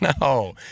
no